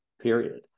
period